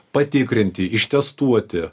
patikrinti ištestuoti